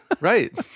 Right